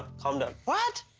calm down, what?